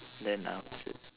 then I will say